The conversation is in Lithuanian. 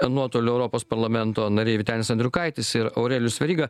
nuotoliu europos parlamento nariai vytenis andriukaitis ir aurelijus veryga